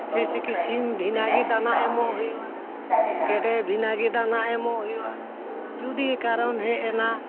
ᱡᱮᱭᱥᱮ ᱠᱤ ᱥᱤᱢ ᱵᱷᱤᱱᱟᱹ ᱜᱮ ᱫᱟᱱᱟ ᱮᱢᱚᱜ ᱦᱩᱭᱩᱜᱼᱟ ᱜᱮᱰᱮ ᱵᱷᱤᱱᱟᱹ ᱜᱮ ᱫᱟᱱᱟ ᱮᱢᱚᱜ ᱦᱩᱭᱩᱜᱼᱟ ᱡᱩᱫᱤ ᱠᱟᱨᱚᱱ ᱦᱮᱡ ᱮᱱᱟ